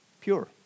Pure